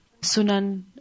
sunan